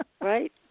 Right